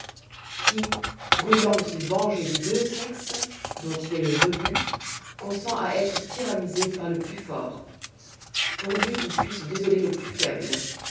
qui brûlant de se venger des deux sexes dont il est le rebut consent à être tyrannisé par le plus fort pourvu qu'il puisse désoler le plus faible